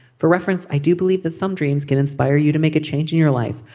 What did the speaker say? for reference, i do believe that some dreams can inspire you to make a change in your life.